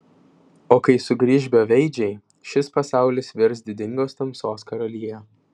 o kai sugrįš beveidžiai šis pasaulis virs didingos tamsos karalija